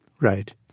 Right